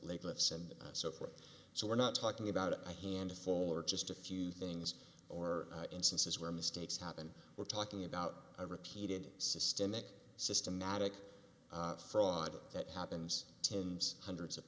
lateness and so forth so we're not talking about a handful or just a few things or instances where mistakes happen we're talking about a repeated systemic system not a fraud that happens tens hundreds of